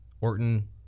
Orton